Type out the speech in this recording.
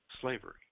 Slavery